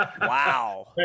Wow